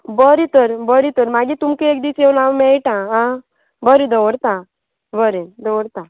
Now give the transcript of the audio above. बरें तर बरें तर मागीर तुमकां एक दीस येवन हांव मेळटा आ बरें दवरता बरें दवरता